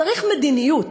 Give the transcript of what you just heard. צריך מדיניות,